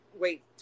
wait